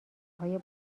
های